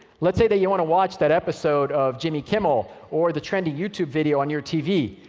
let's say that you want to watch that episode of jimmy kimmel or the trending youtube video on your tv.